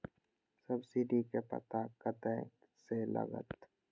Subsidy के पता कतय से लागत?